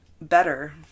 Better